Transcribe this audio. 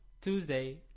tuesday